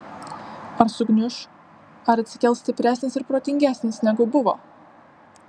ar sugniuš ar atsikels stipresnis ir protingesnis negu buvo